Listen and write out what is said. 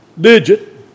digit